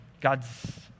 God's